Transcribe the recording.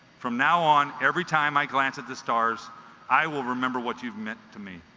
from now on every time i glance at the stars i will remember what you've meant to me